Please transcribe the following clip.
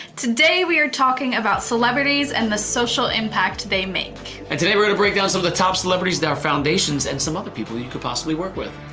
today we are talking about celebrities and the social impact they make. and today we're going to break down some of the top celebrities there are foundations and some other people you could possibly work with.